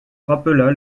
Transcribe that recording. rappela